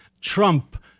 trump